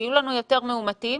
יהיו לנו יותר מאומתים,